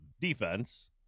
defense